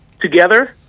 together